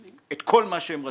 את כל מה שהם רצו.